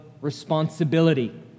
responsibility